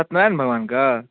सत्यनारायण भगवान कऽ